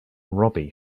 robbie